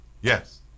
Yes